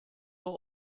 vor